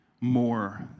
more